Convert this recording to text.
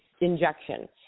injection